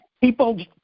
People